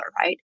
right